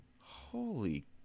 holy